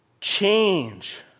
change